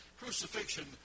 Crucifixion